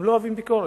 הם לא אוהבים ביקורת.